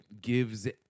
gives